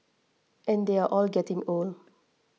and they're all getting old